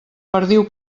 perdiu